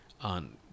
on